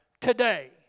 today